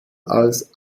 als